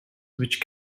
which